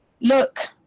look